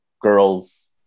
girl's